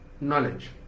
knowledge